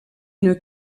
une